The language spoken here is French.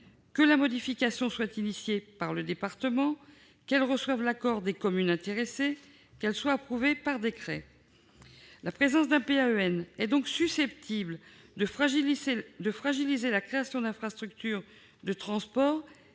que la modification soit initiée par le département, qu'elle reçoive l'accord des communes intéressées et qu'elle soit approuvée par décret. La présence d'un PAEN est donc susceptible de fragiliser la création d'infrastructures de transport